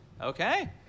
Okay